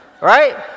right